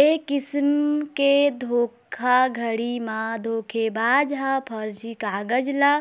ए किसम के धोखाघड़ी म धोखेबाज ह फरजी कागज ल